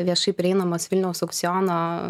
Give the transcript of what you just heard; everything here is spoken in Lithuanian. viešai prieinamos vilniaus aukciono